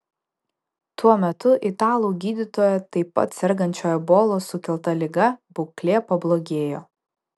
tuo metu italų gydytojo taip pat sergančio ebolos sukelta liga būklė pablogėjo